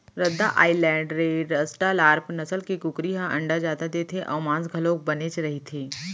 रद्दा island red, Australorp नसल के कुकरी ह अंडा जादा देथे अउ मांस घलोक बनेच रहिथे